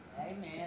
Amen